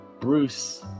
Bruce